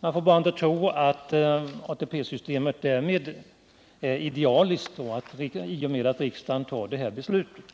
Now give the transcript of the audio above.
Man får bara inte tro att ATP-systemet nu blir idealiskt i och med att riksdagen fattar det här beslutet.